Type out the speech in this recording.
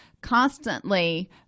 constantly